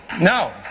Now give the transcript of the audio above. No